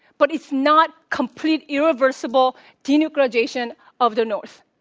but it's not complete irreversible denuclearization of the north.